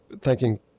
thanking